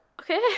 Okay